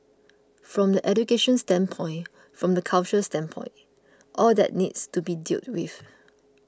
from the education standpoint from the culture standpoint all that needs to be dealt with